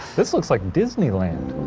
this looks like disney land.